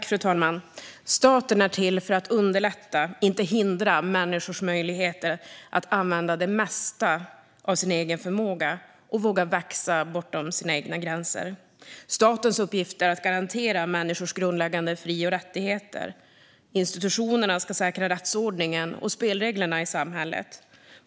Fru talman! Staten är till för att underlätta, inte hindra, människors möjligheter att använda det mesta av sin egen förmåga och våga växa bortom sina egna gränser. Statens uppgift är att garantera människors grundläggande fri och rättigheter. Institutionerna ska säkra rättsordningen och spelreglerna i samhället.